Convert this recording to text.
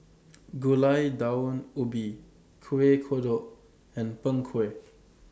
Gulai Daun Ubi Kuih Kodok and Png Kueh